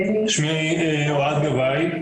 שמי אוהד גבאי,